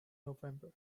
november